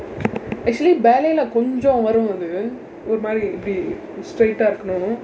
actually ballet இல்ல கொஞ்சம் வரும் அது ஒரு மாதிரி இப்படி:illa konjsam varum thu oru maathiri ippadi straight-aa இருக்கணும்:irukkanum